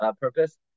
purpose